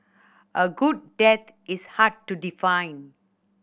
a good death is hard to define